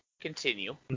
Continue